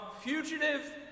fugitive